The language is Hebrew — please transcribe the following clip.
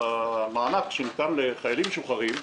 במענק שניתן לחיילים משוחררים,